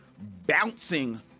bouncing